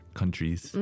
countries